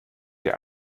der